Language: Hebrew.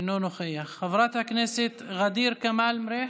אינו נוכח, חברת הכנסת ע'דיר כמאל מריח,